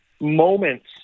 moments